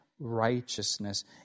Righteousness